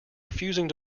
refusing